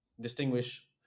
distinguish